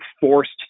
forced